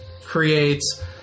creates